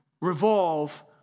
revolve